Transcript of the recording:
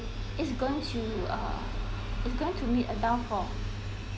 it's going to uh it's going to meet a downfall